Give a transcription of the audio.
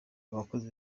abakozi